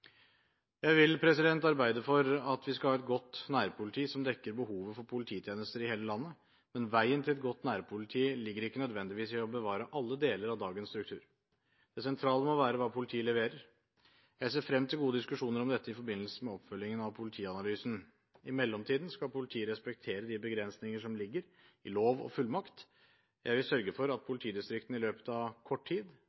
Jeg vil arbeide for at vi skal ha et godt nærpoliti som dekker behovet for polititjenester i hele landet, men veien til et godt nærpoliti ligger ikke nødvendigvis i å bevare alle deler av dagens struktur. Det sentrale må være hva politiet leverer. Jeg ser frem til gode diskusjoner om dette i forbindelse med oppfølgingen av politianalysen. I mellomtiden skal politiet respektere de begrensninger som ligger i lov og fullmakt. Jeg vil sørge for at